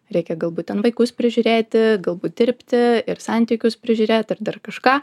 reikia galbūt ten vaikus prižiūrėti galbūt dirbti ir santykius prižiūrėt ar dar kažką